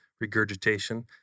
regurgitation